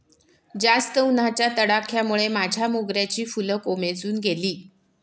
जास्त उन्हाच्या तडाख्यामुळे माझ्या मोगऱ्याची फुलं कोमेजून गेली